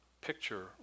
picture